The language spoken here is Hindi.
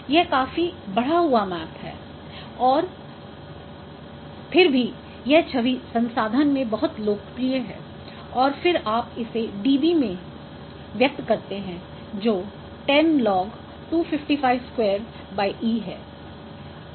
यह काफी बढ़ा हुआ माप है फिर भी यह छवि संसाधन में बहुत लोकप्रिय है और फिर आप इसे dB में व्यक्त करते हैं जो 10 log2552 E है